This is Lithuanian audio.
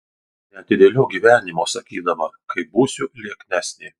neatidėliok gyvenimo sakydama kai būsiu lieknesnė